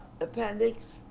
appendix